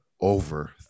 over